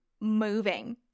moving